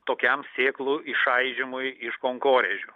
tokiam sėklų išaižymui iš kankorėžių